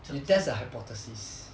总之